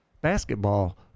basketball